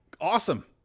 awesome